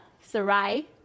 Sarai